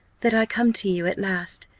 that i come to you at last,